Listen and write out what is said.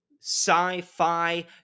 sci-fi